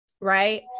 Right